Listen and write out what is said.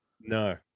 No